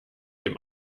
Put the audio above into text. dem